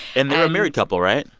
and they're a married couple, right?